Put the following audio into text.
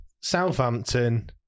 Southampton